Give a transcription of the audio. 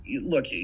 look